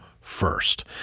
first